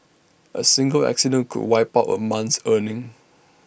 A single accident could wipe out A month's earnings